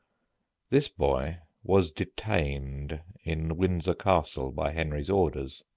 this boy was detained in windsor castle by henry's orders.